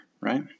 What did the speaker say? right